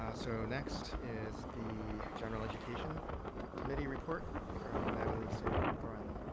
ah so, next, is the general education committee report from natalie singh-corcoran.